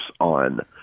on